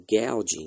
gouging